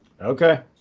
Okay